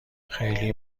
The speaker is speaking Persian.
خیلی